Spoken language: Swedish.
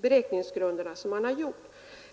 beräkningsgrunder som skett.